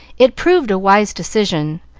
it proved a wise decision,